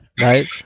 right